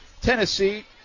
Tennessee